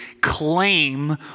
claim